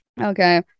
okay